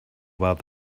about